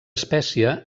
espècie